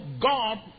God